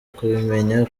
kubimenya